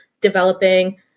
developing